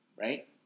right